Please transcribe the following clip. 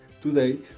Today